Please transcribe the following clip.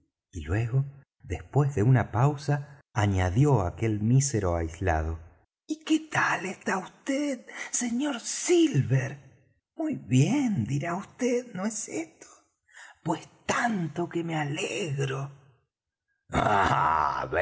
y luego después de una pausa añadió aquel mísero aislado y qué tal está vd sr silver muy bien dirá vd no es esto pues tanto que me alegro